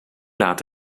laat